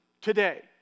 today